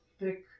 thick